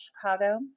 Chicago